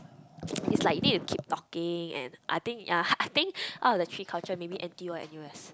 is like you need to keep talking and I think ah I think out of the three culture maybe N_T_U or N_U_S